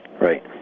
right